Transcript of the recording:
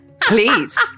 please